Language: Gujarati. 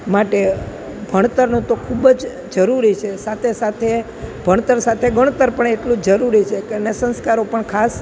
માટે ભણતરને તો ખૂબ જ જરૂરી છે સાથે સાથે ભણતર સાથે ગણતર પણ એટલું જરૂરી છે કે એને સંસ્કારો પણ ખાસ